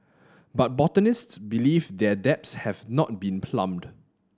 but botanists believe their depths have not been plumbed